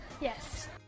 Yes